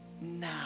Now